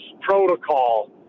protocol